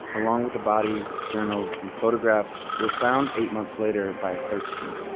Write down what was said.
along with the bodies, journals, and photographs, was found eight months later by a search team.